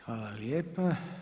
Hvala lijepa.